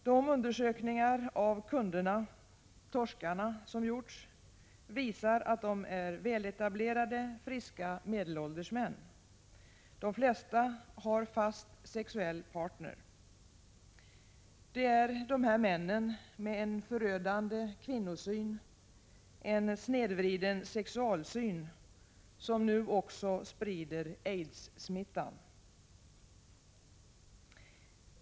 De undersökningar av kunderna — torskarna — som gjorts visar att de är väletablerade, friska, medelålders män. De flesta har fast sexuell partner. Det är dessa män med en förödande kvinnosyn, en snedvriden sexualsyn, som nu också sprider aidssmittan.